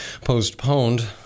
postponed